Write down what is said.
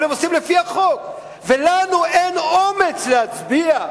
אבל הם עושים לפי החוק, ולנו אין אומץ להצביע.